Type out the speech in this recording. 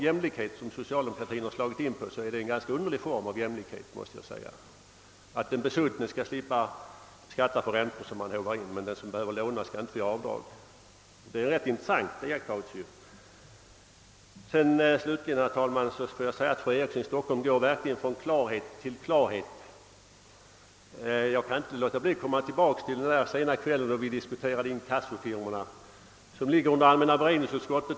Det är verkligen en underlig form av jämlikhet som socialdemokraterna här vill införa. Den uppfattning i jämlikhetsfrågan som här kommer till uttryck finns det anledning notera och hålla i minne. Slutligen, herr talman, vill jag säga att fru Eriksson i Stockholm verkligen går från klarhet till klarhet. Jag kan inte underlåta att erinra om debatten den sena kväll när kammaren behand lade frågan om inkassofirmornas verk: samhet, ett ärende som hade handlagts av allmänna beredningsutskottet.